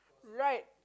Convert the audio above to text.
right